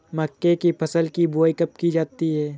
मक्के की फसल की बुआई कब की जाती है?